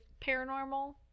paranormal